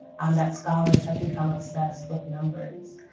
and that scholars have become obsessed with numbers.